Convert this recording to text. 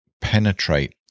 penetrate